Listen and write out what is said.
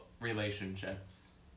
relationships